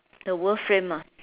the world film ah